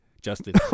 Justin